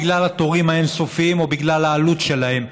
בגלל התורים האין-סופיים או בגלל העלות שלהם.